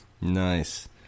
Nice